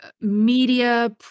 media